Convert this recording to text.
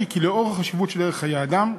היא כי לנוכח החשיבות של ערך חיי אדם,